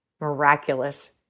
miraculous